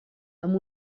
amb